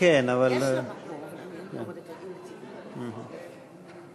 חברת הכנסת סופה לנדבר צודקת לגמרי.